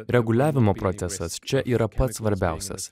reguliavimo procesas čia yra pats svarbiausias